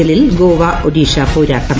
എല്ലിൽ ഗോവ ഒഡീഷ പോരാട്ടം